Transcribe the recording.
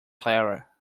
clara